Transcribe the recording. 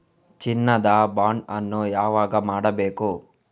ಚಿನ್ನ ದ ಬಾಂಡ್ ಅನ್ನು ಯಾವಾಗ ಮಾಡಬೇಕು?